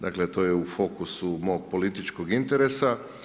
Dakle, to je u fokusu mog političkog interesa.